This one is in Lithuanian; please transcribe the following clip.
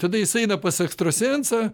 tada jis eina pas ekstrasensą